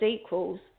equals